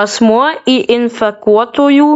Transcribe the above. asmuo į infekuotųjų